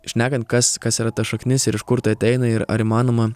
šnekant kas kas yra ta šaknis ir iš kur tai ateina ir ar įmanoma